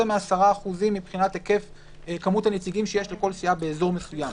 מ-10% מבחינת כמות הנציגים שיש לכל סיעה באזור מסוים.